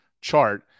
chart